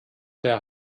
der